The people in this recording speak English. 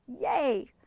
Yay